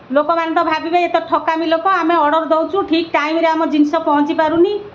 ଲୋକମାନେ ତ ଭାବିବେ ଏତେ ଠକାମି ଲୋକ ଆମେ ଅର୍ଡ଼ର୍ ଦେଉଛୁ ଠିକ୍ ଟାଇମ୍ରେ ଆମ ଜିନିଷ ପହଞ୍ଚି ପାରୁନି